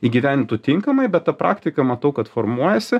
įgyvendintų tinkamai bet ta praktika matau kad formuojasi